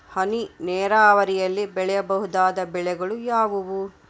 ಹನಿ ನೇರಾವರಿಯಲ್ಲಿ ಬೆಳೆಯಬಹುದಾದ ಬೆಳೆಗಳು ಯಾವುವು?